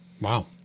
Wow